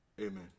Amen